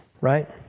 right